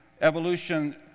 evolution